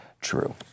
true